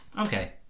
Okay